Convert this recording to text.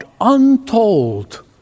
untold